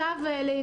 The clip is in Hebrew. הפלסטינית.